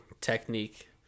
technique